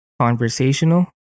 conversational